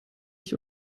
ich